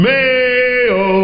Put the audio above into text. Mayo